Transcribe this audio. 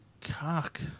cock